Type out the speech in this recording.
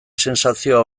sentsazioa